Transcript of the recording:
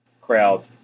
crowd